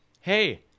hey